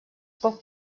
poc